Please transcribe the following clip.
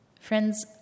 Friends